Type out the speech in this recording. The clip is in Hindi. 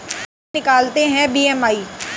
कैसे निकालते हैं बी.एम.आई?